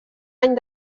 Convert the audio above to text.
any